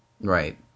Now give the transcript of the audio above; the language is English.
Right